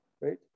right